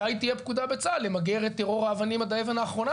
מתי תהיה פקודה בצה"ל למגר את טרור האבנים עד האבן האחרונה?